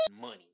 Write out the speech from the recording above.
money